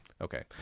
okay